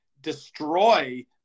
destroy